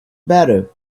better